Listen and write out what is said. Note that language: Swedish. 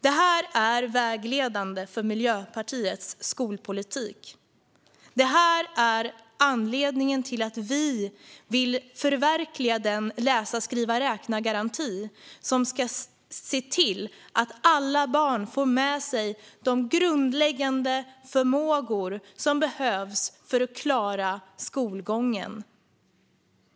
Detta är vägledande för Miljöpartiets skolpolitik. Detta är anledningen till att vi vill förverkliga den läsa-skriva-räkna-garanti som ska se till att alla barn får med sig de grundläggande förmågor som behövs för att klara skolgången.